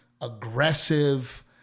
aggressive